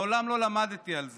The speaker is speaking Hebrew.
מעולם לא למדתי על זה,